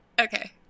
okay